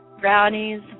brownies